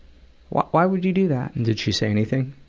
why why would you do that? and did she say anything?